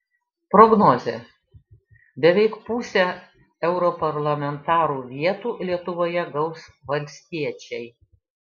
prognozė beveik pusę europarlamentarų vietų lietuvoje gaus valstiečiai